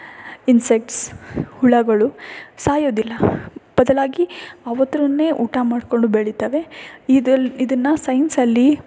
insects ಹುಳಗಳು ಸಾಯೋದಿಲ್ಲ ಬದಲಾಗಿ ಅವತ್ರನೇ ಊಟ ಮಾಡಿಕೊಂಡು ಬೆಳಿತಾವೆ ಇದಲ್ಲಿ ಇದನ್ನು ಸೈನ್ಸಲ್ಲಿ